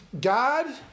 God